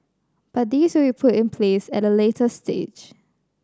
but these will be put in place at a later stage